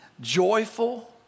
joyful